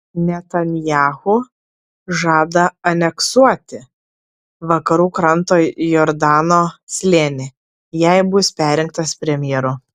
netanyahu žada aneksuoti vakarų kranto jordano slėnį jei bus perrinktas premjeru